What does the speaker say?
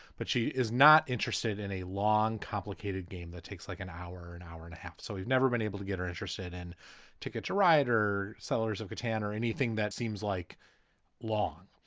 but she is not interested in a long, complicated game that takes like an hour or an hour and a half. so we've never been able to get her interested in ticket to ride or sellers of battan or anything. that seems like long.